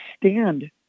stand